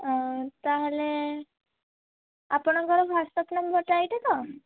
ତାହେଲେ ଆପଣଙ୍କର ହ୍ଵାଟସପ୍ ନମ୍ବର୍ଟା ଏଇଟା ତ